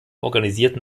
organisierten